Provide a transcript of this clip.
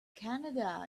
canada